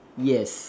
yes